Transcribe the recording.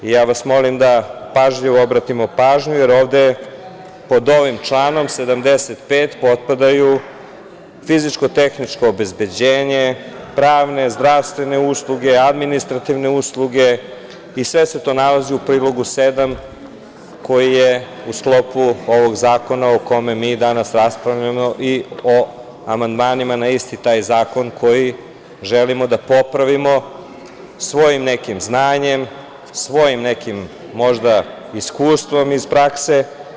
Molim vas da obratimo panju, jer ovde pod ovim članom 75. potpadaju fizičko-tehničko obezbeđenje, pravne, zdravstvene usluge, administrativne usluge i sve se to nalazi u prilogu sedam koji je u sklopu ovog zakona o kome mi danas raspravljamo i o amandmanima na isti taj zakon koji želimo da popravimo svojim znanjem, svojim možda iskustvom iz prakse.